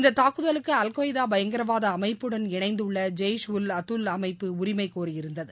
இந்த தாக்குதலுக்கு அல்கொய்தா பயங்கரவாத அமைப்புடன் இணைந்துள்ள ஜெய்ஷ் உல் அதுல் அமைப்பு உரிமை கோரியிருந்தது